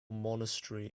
monastery